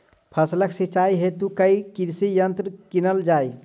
फसलक सिंचाई हेतु केँ कृषि यंत्र कीनल जाए?